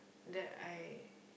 that I